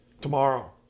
Tomorrow